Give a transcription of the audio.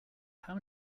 how